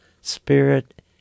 spirit